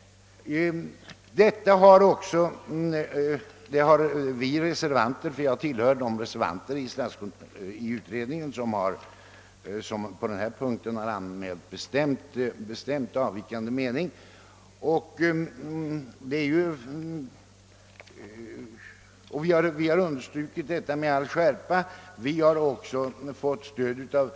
På den punkten har vi reservanter anmält en bestämt avvikande mening och vi har understrukit vår ståndpunkt med all skärpa. Vi har också